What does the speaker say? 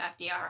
FDR